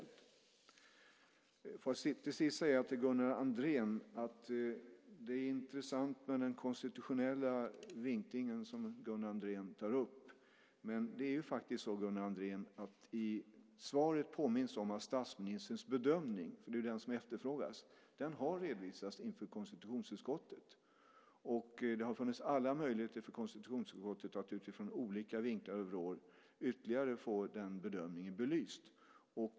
Låt mig till sist säga till Gunnar Andrén att det är intressant med den konstitutionella vinkling som Gunnar Andrén tar upp, men det är faktiskt så att i svaret påminns om att statsministerns bedömning - det är ju den som efterfrågas - har redovisats inför konstitutionsutskottet. Det har funnits alla möjligheter för konstitutionsutskottet att utifrån olika vinklar och vrår få den bedömningen ytterligare belyst.